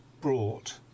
brought